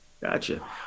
Gotcha